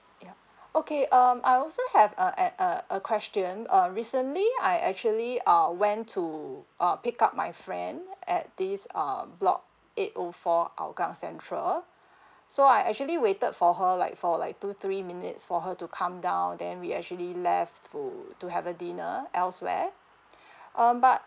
yup okay um I also have a uh a question um recently I actually uh went to uh pick up my friend at this um block eight o four hougang central so I actually waited for her like for like two three minutes for her to come down then we actually left to to have a dinner elsewhere um but